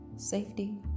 safety